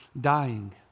dying